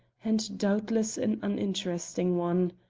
and doubtless an uninteresting one.